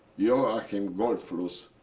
joachim goldfluss,